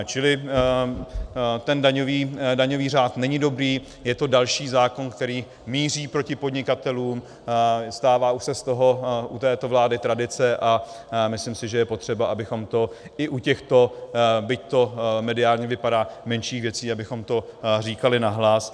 Čili ten daňový řád není dobrý, je to další zákon, který míří proti podnikatelům, stává už se z toho u této vlády tradice a myslím si, že je potřeba, abychom to i u těchto, byť to mediálně vypadá, menších věcí, abychom to říkali nahlas.